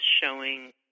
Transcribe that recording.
showing